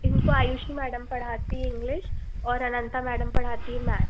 इनको आयुषी मैडम पढ़ाती है इंग्लिश और अनंता मैडम पढ़ाती है मैथ